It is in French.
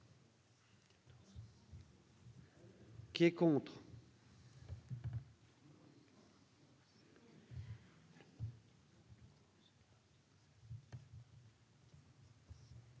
qui est contre